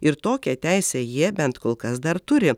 ir tokią teisę jie bent kol kas dar turi